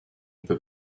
peux